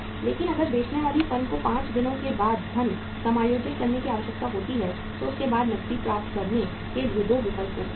लेकिन अगर बेचने वाली फर्म को 5 दिनों के बाद धन समायोजित करने की आवश्यकता होती है तो उनके पास नकदी प्राप्त करने के लिए 2 विकल्प हो सकते हैं